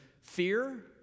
fear